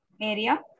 area